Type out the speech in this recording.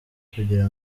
kugira